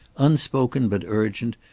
unspoken but urgent,